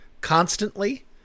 constantly